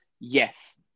yes